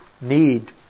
need